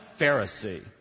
Pharisee